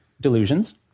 delusions